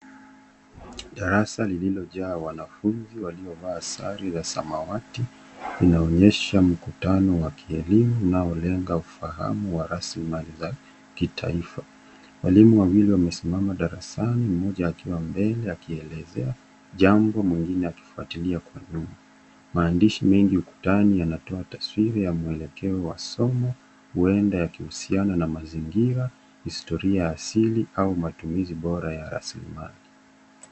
Darasa lililojaa wanafunzi waliovaa sare za samawati, inaonyesha mkutano wa kielimu unaolenga ufahamu wa rasilimali za kitaifa. Walimu wawili wamesimama darasani, mmoja akiwa mbele akielezea, jambo mwingine akifuatilia kwa nyuma. Maandishi mengi ukutani yanatoa taswira ya mwelekeo wa somo, huenda yakihusiana na mazingira, historia asilia au matumizi bora ya rasilimali.